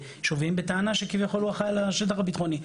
בטענה שכביכול הוא אחראי על השטח הביטחוני.